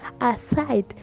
aside